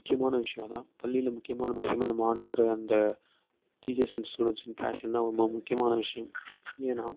முக்கியமான விஷயம் அதான் பள்ளியில் முக்கியமான விஷயமாக அந்த மாணவர் அந்த டீச்சர்ஸ் அண்ட் ஸ்டூடண்ட்ஸ் இன்ட்ராக்ஸன் தான் ரொம்ப முக்கியமான விஷயம் ஏன்னா